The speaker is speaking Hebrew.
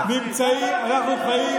אנחנו חיים